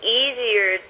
easier